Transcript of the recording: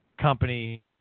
company